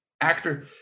actor